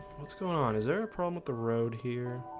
what's going on, is there a problem with the road here?